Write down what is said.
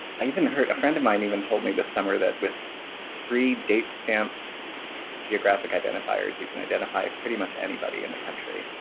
even heard, a friend of mine told me this summer, that with three date stamped geographic identifiers you can identify pretty much anybody in the country.